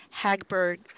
Hagberg